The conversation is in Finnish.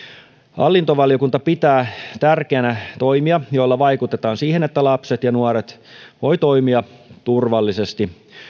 hallintovaliokunta pitää tärkeänä toimia joilla vaikutetaan siihen että lapset ja nuoret voivat toimia turvallisesti